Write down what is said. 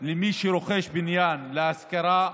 למי שרוכש בניין להשכרה,